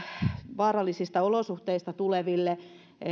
vaarallisista olosuhteista tuleville